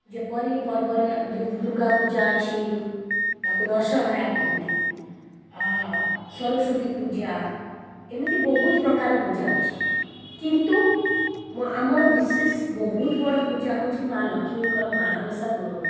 ଯେପରି ପର୍ବରେ ଯେମିତି ଦୂର୍ଗା ପୂଜା ଅଛି ତାକୁ ଦଶହରା କହନ୍ତି ସରସ୍ବତୀ ପୂଜା ଏମିତି ବହୁତ ପ୍ରକାର ପୂଜା ଅଛି କିନ୍ତୁ ମୋ ଆମର ବିଶେଷ ବହୁତ ବଡ଼ ପୂଜା ହେଉଛି ମା ଲକ୍ଷ୍ମୀଙ୍କର ମାଣବସା ଗୁରୁବାର